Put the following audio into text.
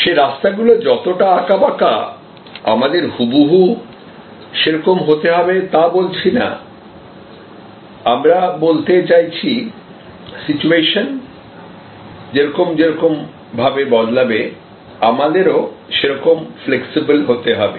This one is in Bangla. সেই রাস্তাগুলো যতটা আঁকাবাঁকা আমাদের হুবহু সেরকম হতে হবে তা বলছি না আমরা বলতে চাইছি সিচুয়েশন যেরকম যেরকম ভাবে বদলাবে আমাদেরও সেরকম ফ্লেক্সিবল হতে হবে